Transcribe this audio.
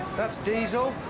that's diesel.